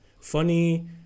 Funny